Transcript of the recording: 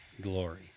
glory